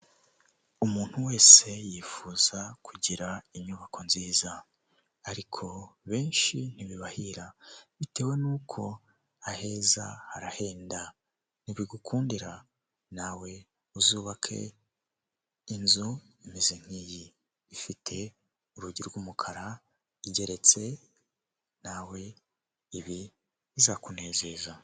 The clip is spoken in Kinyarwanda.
Umuntu wese yifuza kugira inyubako nziza ariko benshi ntibibahira bitewe n'uko aheza harahenda, nibigukundira nawe uzubake inzu imeze nk'iyi, ifite urugi rw'umukara, igeretse, nawe ibi bizakunezeza.